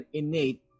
innate